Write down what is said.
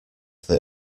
that